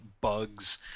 bugs